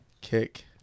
kick